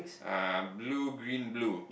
uh blue green blue